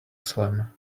slam